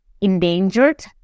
endangered